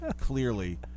clearly